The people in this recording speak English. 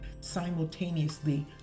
simultaneously